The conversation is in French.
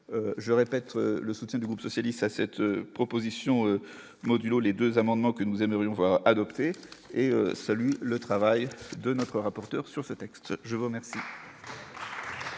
je répète le soutien du groupe socialiste à cette proposition, modulo les 2 amendements que nous aimerions voir adopter et salue le travail de notre rapporteur sur ce texte, je vous remercie.